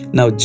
Now